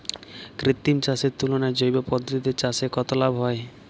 কৃত্রিম চাষের তুলনায় জৈব পদ্ধতিতে চাষে কত লাভ হয়?